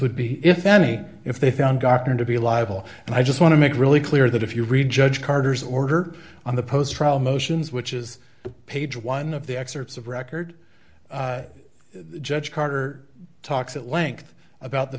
would be if any if they found dr to be liable and i just want to make really clear that if you read judge carter's order on the post trial motions which is page one of the excerpts of record judge carter talks at length about the